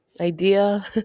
idea